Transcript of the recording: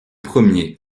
premier